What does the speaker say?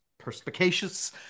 perspicacious